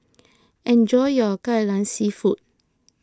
enjoy your Kai Lan Seafood